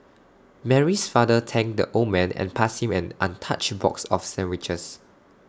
Mary's father thanked the old man and passed him and untouched box of sandwiches